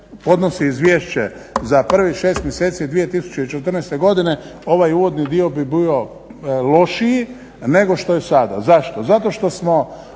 podnosi izvješće za prvih 6 mjeseci 2014. godine ovaj uvodni dio bi bio lošiji nego što je sada. Zašto? Zato što smo